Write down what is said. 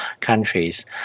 countries